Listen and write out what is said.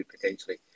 potentially